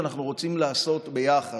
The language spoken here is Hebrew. אנחנו רוצים לעשות ביחד,